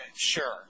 sure